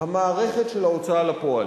המערכת של ההוצאה לפועל.